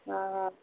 ହଁ ହଁ